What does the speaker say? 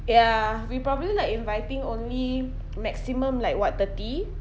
ya we probably like inviting only maximum like what thirty